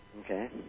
Okay